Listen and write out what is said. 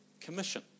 commission